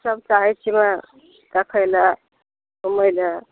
सब चाहैत छियै देखै लऽ घूमै लऽ